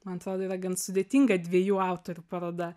man atrodo yra gan sudėtinga dviejų autorių paroda